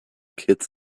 kids